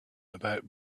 about